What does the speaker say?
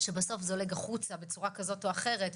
שבסוף זולג החוצה, בצורה כזאת, או אחרת.